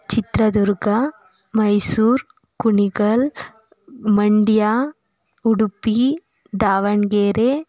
Chitradurga Mysuru Kunigal Mandya Udupi Davanagere